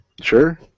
Sure